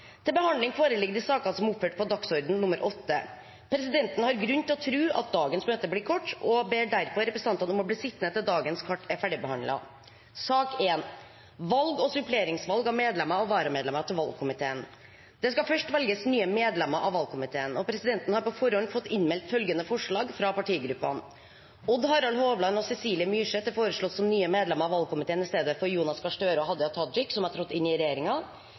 Presidenten har grunn til å tro at dagens møte blir kort, og ber derfor representantene om å bli sittende til dagens kart er ferdigbehandlet. Det skal først velges nye medlemmer av valgkomiteen, og presidenten har på forhånd fått innmeldt følgende forslag fra partigruppene: Odd Harald Hovland og Cecilie Myrseth er foreslått som nye medlemmer av valgkomiteen i stedet for Jonas Gahr Støre og Hadia Tajik, som har trådt inn i